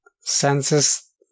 census